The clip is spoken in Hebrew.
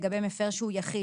לגבי מפר שהוא יחיד,